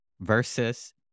versus